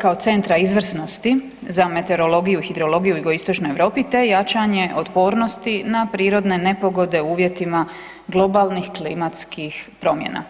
kao Centra izvrsnosti za meteorologiju, hidrologiju u Jugoistočnoj Europi te jačanje otpornosti na prirodne nepogode u uvjetima globalnih klimatskih promjena.